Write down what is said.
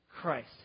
Christ